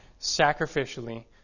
sacrificially